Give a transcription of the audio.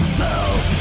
self